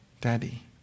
Daddy